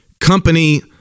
Company